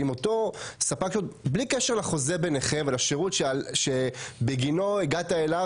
אם אותו ספק בלי קשר לחוזה ביניכם ולשירות בגינו הגעת אליו